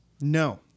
no